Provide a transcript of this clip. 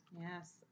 Yes